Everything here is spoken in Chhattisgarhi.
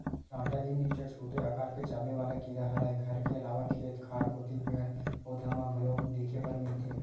चाटा ए निच्चट छोटे अकार के चाबे वाले कीरा हरय घर के अलावा खेत खार कोती पेड़, पउधा म घलोक देखे बर मिलथे